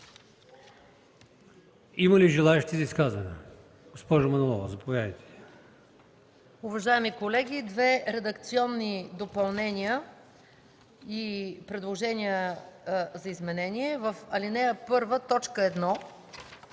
има ли желаещи за изказване? Госпожо Манолова, заповядайте.